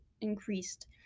increased